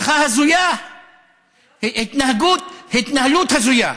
הבטחה הזויה, התנהגות, התנהלות הזויה,